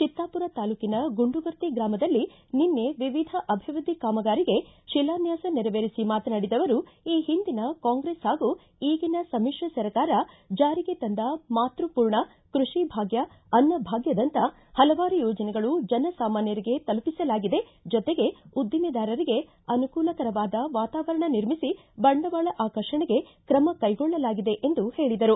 ಚಿತ್ತಾಪುರ ತಾಲೂಕಿನ ಗುಂಡುಗುರ್ತಿ ಗ್ರಾಮದಲ್ಲಿ ನಿನ್ನೆ ವಿವಿಧ ಅಭಿವೃದ್ದಿ ಕಾಮಗಾರಿಗೆ ಶಿಲಾನ್ಯಾಸ ನೆರವೇರಿಸಿ ಮಾತನಾಡಿದ ಅವರು ಈ ಹಿಂದಿನ ಕಾಂಗ್ರೆಸ್ ಹಾಗೂ ಈಗಿನ ಸಮಿಶ್ರ ಸರ್ಕಾರ ಜಾರಿಗೆ ತಂದ ಮಾತೃಪೂರ್ಣ ಕೃಷಿ ಭಾಗ್ಯ ಅನ್ನಭಾಗ್ವದಂತ ಹಲವಾರು ಯೋಜನೆಗಳು ಜನಸಮಾನ್ದರಿಗೆ ತಲುಪಿಸಲಾಗಿದೆ ಜೊತೆಗೆ ಉದ್ದಿಮೆದಾರರಿಗೆ ಅವರಿಗೆ ಅನುಕೂಲಕರವಾದ ವಾತಾವರಣ ನಿರ್ಮಿಸಿ ಬಂಡವಾಳ ಆಕರ್ಷಣೆಗೆ ಕ್ರಮ ಕೈಗೊಳ್ಳಲಾಗಿದೆ ಎಂದು ಹೇಳದರು